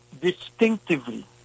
distinctively